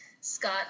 Scott